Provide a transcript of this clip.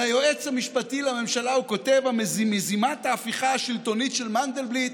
על היועץ המשפטי לממשלה הוא כותב: "מזימת ההפיכה השלטונית של מנדלבליט